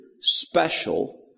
special